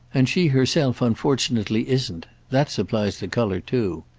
and she herself unfortunately isn't that supplies the colour too.